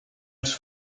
els